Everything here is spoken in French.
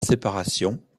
séparation